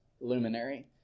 luminary